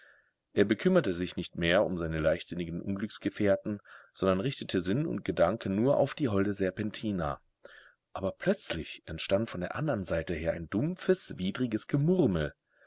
er bekümmerte sich nicht mehr um seine leichtsinnigen unglücksgefährten sondern richtete sinn und gedanken nur auf die holde serpentina aber plötzlich entstand von der andern seite her ein dumpfes widriges gemurmel